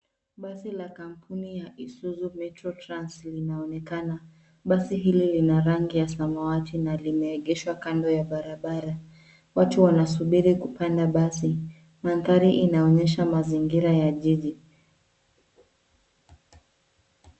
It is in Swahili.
Basi la kampuni ya cs[Isuzu Metro Trans]cs linaonekana. Basi hili lina rangi ya samwati na limeegeshwa kando ya barabara. Watu wanasubiri kupanda basi. Mandhari inaoNyesha mazingira ya jiji.